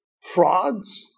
frogs